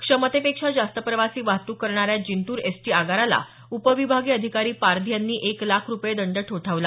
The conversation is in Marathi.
क्षमतेपेक्षा जास्त प्रवासी वाहतुक करणाऱ्या जिंतूर एसटी आगाराला उपविभागीय अधिकारी पारधी यांनी एक लाख रुपये दंड ठोठावला